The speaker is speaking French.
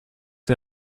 ces